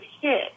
hit